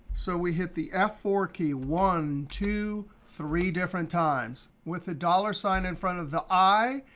so we hit the f four key one, two, three different times. with a dollar sign in front of the i,